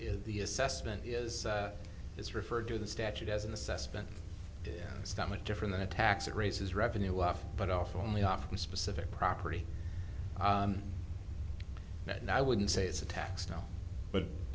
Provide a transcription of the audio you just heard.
it's the assessment is is referred to the statute as an assessment stomach different than a tax it raises revenue off but off only off a specific property and i wouldn't say it's a tax now but